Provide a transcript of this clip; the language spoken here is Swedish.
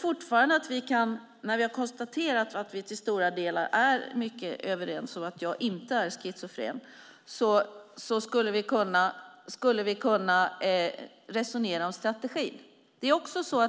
När vi har konstaterat att vi till stora delar är mycket överens och att jag inte är schizofren tror jag fortfarande att vi skulle kunna resonera om strategin.